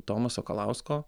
tomo sakalausko